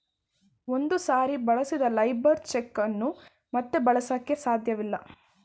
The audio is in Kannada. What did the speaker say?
ಒಂದು ಸಾರಿ ಬಳಸಿದ ಲೇಬರ್ ಚೆಕ್ ಅನ್ನು ಮತ್ತೆ ಬಳಸಕೆ ಸಾಧ್ಯವಿಲ್ಲ